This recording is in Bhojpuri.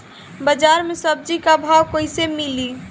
बाजार मे सब्जी क भाव कैसे मिली?